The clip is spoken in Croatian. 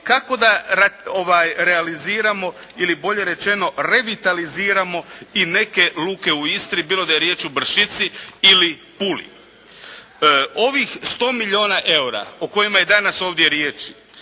kako da realiziramo ili bolje rečeno revitaliziramo i neke luke u Istri bilo da je riječ o Bršici ili Puli. Ovih 100 milijuna eura o kojima je danas ovdje riječ